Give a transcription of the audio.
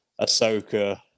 Ahsoka